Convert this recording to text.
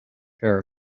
pair